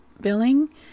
billing